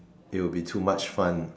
they will be too much fun